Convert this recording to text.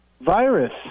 virus